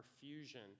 fusion